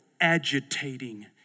agitating